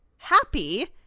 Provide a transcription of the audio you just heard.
happy